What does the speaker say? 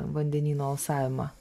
vandenyno alsavimą